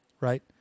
right